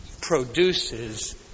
produces